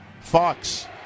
Fox